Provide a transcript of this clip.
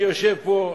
שיושב פה,